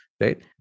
right